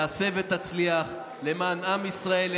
תעשה ותצליח למען עם ישראל,